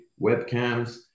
webcams